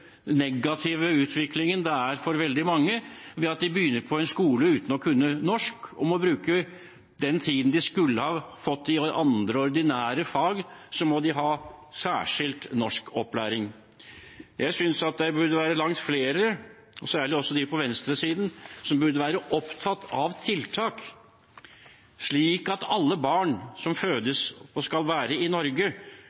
den enormt negative utviklingen det er for veldig mange barn dersom de begynner på skolen uten å kunne norsk, og må bruke den tiden de skulle ha brukt på andre ordinære fag, til å ha særskilt norskopplæring. Jeg synes langt flere, særlig de på venstresiden, burde være opptatt av tiltak, slik at alle barn som